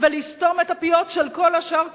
ולסתום את הפיות של כל השאר,